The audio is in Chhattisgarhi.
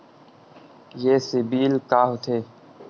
ये सीबिल का होथे?